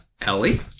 Ellie